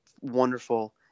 wonderful